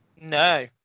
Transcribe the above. No